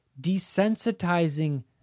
desensitizing